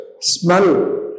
smell